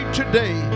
today